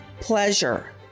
pleasure